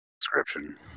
Description